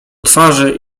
twarzy